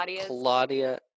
Claudia